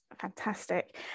fantastic